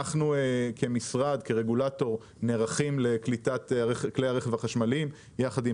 כמשרד ורגולטור אנחנו נערכים לקליטת כלי הרכב החשמליים יחד עם